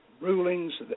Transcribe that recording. rulings